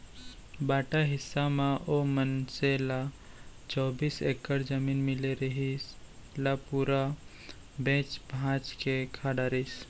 बांटा हिस्सा म ओ मनसे ल चौबीस एकड़ जमीन मिले रिहिस, ल पूरा बेंच भांज के खा डरिस